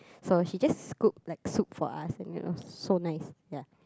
so she just scoop like soup for us you know so nice ya